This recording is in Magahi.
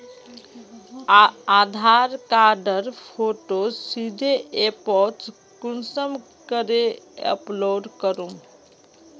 आधार कार्डेर फोटो सीधे ऐपोत कुंसम करे अपलोड करूम?